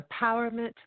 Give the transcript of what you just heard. Empowerment